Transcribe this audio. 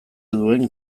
duen